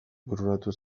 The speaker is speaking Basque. bururatu